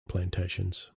plantations